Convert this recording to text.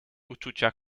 uczucia